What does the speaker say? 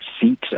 seat